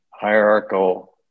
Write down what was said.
hierarchical